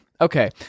Okay